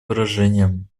выражением